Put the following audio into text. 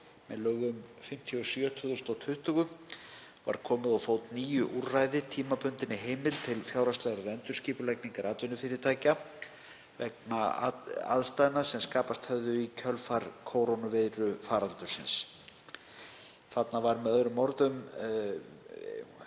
með lögum nr. 57/2020, var komið á fót nýju úrræði, tímabundinni heimild til fjárhagslegrar endurskipulagningar atvinnufyrirtækja vegna aðstæðna sem skapast höfðu í kjölfar kórónuveirufaraldursins. Þar var með öðrum orðum